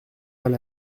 mal